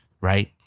Right